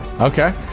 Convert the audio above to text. Okay